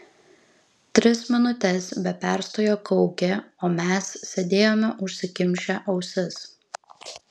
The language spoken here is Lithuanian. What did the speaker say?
tris minutes be perstojo kaukė o mes sėdėjome užsikimšę ausis